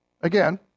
again